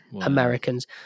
Americans